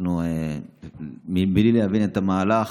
אנחנו, בלי להבין את המהלך,